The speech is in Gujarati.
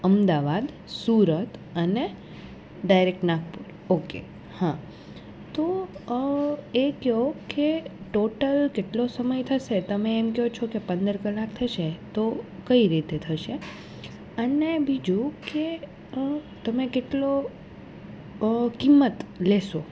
અમદાવાદ સુરત અને ડાયરેક્ટ નાગપુર ઓકે હ તો એ કહો કે ટોટલ કેટલો સમય થશે તમે એમ કહો છો કે પંદર કલાક થશે તો કઈ રીતે થશે અને બીજું કે તમે કેટલો કિંમત લેશો